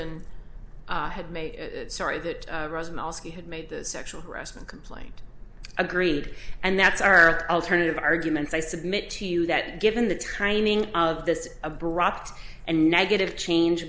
n had made sorry that he had made the sexual harassment complaint agreed and that's our alternative arguments i submit to you that given the timing of this abrupt and negative change